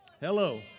Hello